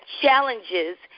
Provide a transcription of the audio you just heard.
challenges